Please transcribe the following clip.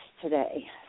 today